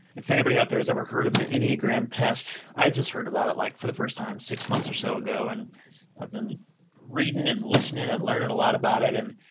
if anybody out there has ever heard of the enneagram test, i just heard about it, like for the first time, six months or so ago, and i've been reading and listening and learning a lot about it and,